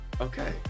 Okay